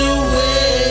away